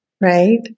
Right